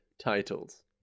titles